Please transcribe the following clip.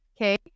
Okay